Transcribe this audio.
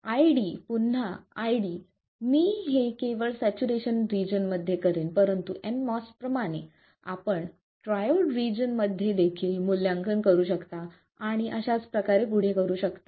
I D पुन्हा ID मी हे केवळ सॅच्युरेशन रिजन मध्ये करेन परंतु nMOS प्रमाणे आपण ट्रायोड रिजन मध्ये देखील मूल्यांकन करू शकता आणि अशाच प्रकारे पुढे करू शकता